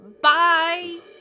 Bye